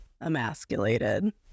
emasculated